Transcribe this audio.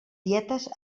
dietes